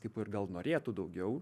kaip ir gal norėtų daugiau